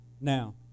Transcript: Now